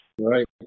Right